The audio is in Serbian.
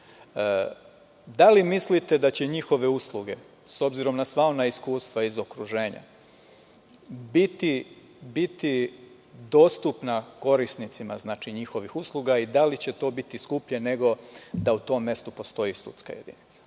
da li mislite da će njihove usluge, s obzirom na sva ona iskustva iz okruženja, biti dostupna korisnicima njihovih usluga i da li će to biti skuplje nego da u tom mestu postoji sudska jedinica?